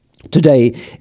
Today